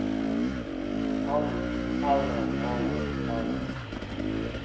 అవును అవునవును అవునవును అవునవును